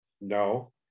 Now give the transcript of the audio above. No